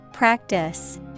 Practice